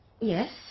Yes